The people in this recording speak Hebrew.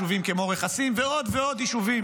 יישובים כמו רכסים ועוד ועוד יישובים.